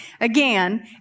again